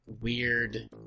weird